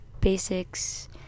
basics